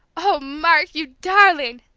oh, mark, you darling!